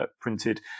printed